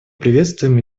приветствуем